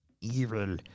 evil